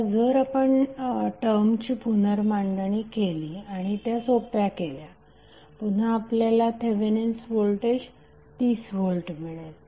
आता जर आपण टर्मची पुनर्मांडणी केली आणि त्या सोप्या केल्या पुन्हा आपल्याला थेवेनिन्स व्होल्टेज 30 V मिळेल